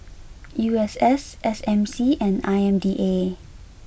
U S S S M C and I M D A